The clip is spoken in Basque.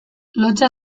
lotsa